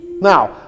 Now